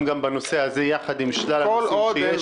גם בנושא הזה יחד עם שלל הנושאים שיש כאן.